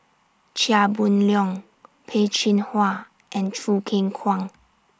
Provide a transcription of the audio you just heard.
Chia Boon Leong Peh Chin Hua and Choo Keng Kwang